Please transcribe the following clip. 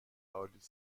آلیس